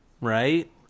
right